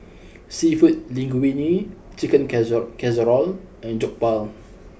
Seafood Linguine Chicken Casser Casserole and Jokbal